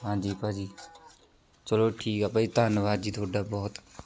ਹਾਂਜੀ ਭਾਅ ਜੀ ਚਲੋ ਠੀਕ ਆ ਭਾਅ ਜੀ ਧੰਨਵਾਦ ਜੀ ਤੁਹਾਡਾ ਬਹੁਤ